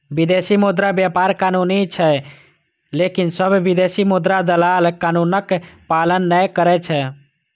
विदेशी मुद्रा व्यापार कानूनी छै, लेकिन सब विदेशी मुद्रा दलाल कानूनक पालन नै करै छै